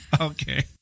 Okay